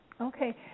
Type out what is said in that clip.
Okay